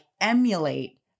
emulate